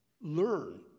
learn